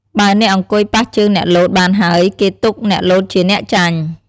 បើអ្នកអង្គុយប៉ះជើងអ្នកលោតបានហើយ គេទុកអ្នកលោតជាអ្នកចាញ់